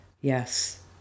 yes